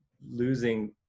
losing